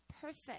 perfect